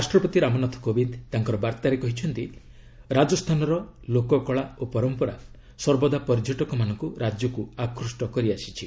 ରାଷ୍ଟ୍ରପତି ରାମନାଥ କୋବିନ୍ଦ ତାଙ୍କ ବାର୍ତ୍ତାରେ କହିଛନ୍ତି ରାଜସ୍ଥାନର ଲୋକକଳା ଓ ପରମ୍ପରା ସର୍ବଦା ପର୍ଯ୍ୟଟକମାନଙ୍କୁ ରାଜ୍ୟକୁ ଆକୃଷ୍ଟ କରିଆସିଛି